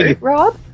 Rob